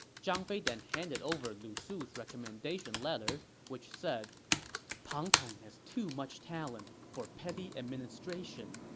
zhang fei then handed over lu su's recommendation letter, which said pang tong has too much talent for petty administration.